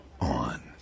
on